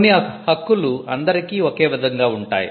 కొన్ని హక్కులు అందరికి ఒకే విధంగా ఉంటాయి